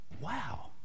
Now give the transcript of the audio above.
wow